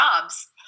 jobs